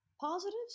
Positives